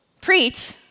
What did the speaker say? preach